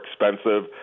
expensive